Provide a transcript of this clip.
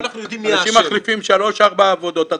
אנשים מחליפים שלוש-ארבע עבודות,